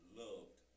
loved